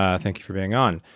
um thank you for being on.